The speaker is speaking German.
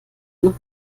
noch